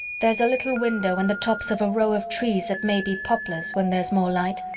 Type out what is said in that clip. there's a little window and the tops of a row of trees that may be poplars when there's more light,